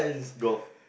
golf